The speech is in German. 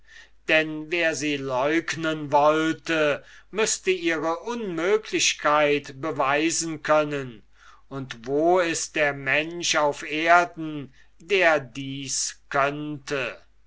denn wer sie leugnen wollte müßte ihre unmöglichkeit beweisen können und wo ist der mensch auf erden der dies könnte